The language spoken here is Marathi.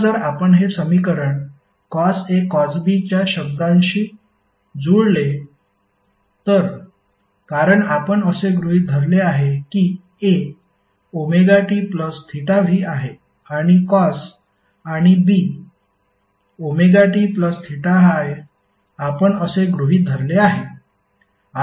आता जर आपण हे समीकरण कॉस A कॉस B च्या शब्दाशी जुळले तर कारण आपण असे गृहित धरले आहे की A tv आहे आणि कॉस आणि B ti आपण असे गृहित धरले आहे